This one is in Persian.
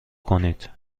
کنید